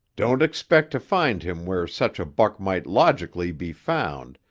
don't expect to find him where such a buck might logically be found,